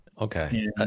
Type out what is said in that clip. Okay